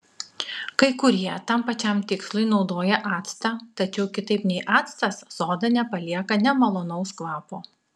kai kurie tam pačiam tikslui naudoja actą tačiau kitaip nei actas soda nepalieka nemalonaus kvapo